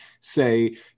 say